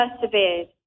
persevered